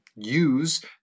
Use